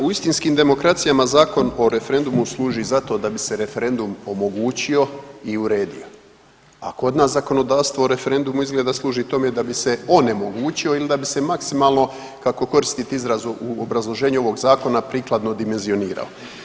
U istinskim demokracijama Zakon o referendumu služi za to da bi se referendum omogućio i uredio, a kod nas zakonodavstvo o referendumu izgleda služi tome da bi se onemogućio ili da bi se maksimalno kako koristite izraz u obrazloženju ovog zakona, prikladno dimenzionirao.